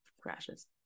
crashes